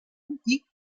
antic